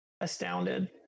astounded